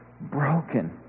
broken